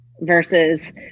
versus